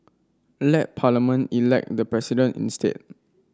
let Parliament elect the President instead